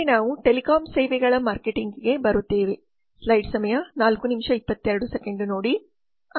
ಮುಂದೆ ನಾವು ಟೆಲಿಕಾಂ ಸೇವೆಗಳ ಮಾರ್ಕೆಟಿಂಗ್ಗೆ ಬರುತ್ತೇವೆ